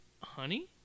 Honey